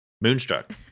Moonstruck